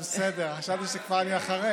בסדר, חשבתי שאני כבר אחרי.